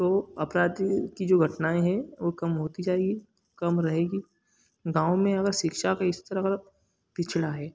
तो अपराध की जो घटनाएँ हैं वो कम होती जाएँगी कम रहेंगी गाँव में अगर शिक्षा का स्तर अगर पिछड़ा है